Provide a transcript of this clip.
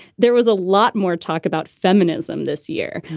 there was a lot more talk about feminism this year,